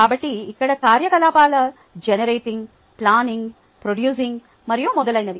కాబట్టి ఇక్కడ కార్యకలాపాలు జనరేటింగ్ ప్లానింగ్ ప్రొడ్యూసింగ్ మరియు మొదలైనవి